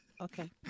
okay